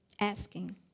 Asking